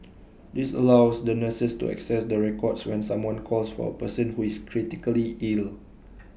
this allows the nurses to access the records when someone calls for A person who is critically ill